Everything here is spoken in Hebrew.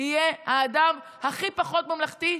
הוא יהיה האדם הכי פחות ממלכתי,